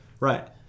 Right